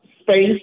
space